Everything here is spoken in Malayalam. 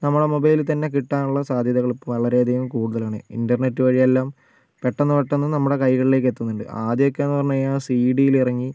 നമ്മുടെ മൊബൈലിൽ തന്നെ കിട്ടാനുള്ള സാധ്യതകൾ ഇപ്പോൾ വളരെയധികം കൂടുതലാണ് ഇന്റർനെറ്റ് വഴിയെല്ലാം പെട്ടന്ന് പെട്ടന്ന് നമ്മുടെ കൈകളിലേക്കെത്തുന്നുണ്ട് ആദ്യമൊക്കെയെന്ന് പറഞ്ഞു കഴിഞ്ഞാൽ സി ഡിയിലിറങ്ങി